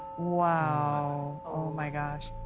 wow! oh my gosh!